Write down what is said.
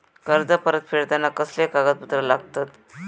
कर्ज परत फेडताना कसले कागदपत्र लागतत?